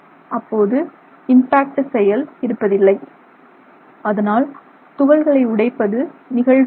அப்போது இம்பாக்ட் செயல் இருப்பதில்லை அதனால் துகள்களை உடைப்பது நிகழ்வதில்லை